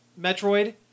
Metroid